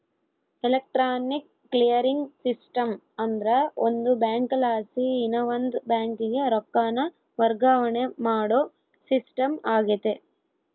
electronic clearing system ಅಂದ್ರ ಒಂದು ಬ್ಯಾಂಕಲಾಸಿ ಇನವಂದ್ ಬ್ಯಾಂಕಿಗೆ ರೊಕ್ಕಾನ ವರ್ಗಾವಣೆ ಮಾಡೋ ಸಿಸ್ಟಮ್ ಆಗೆತೆ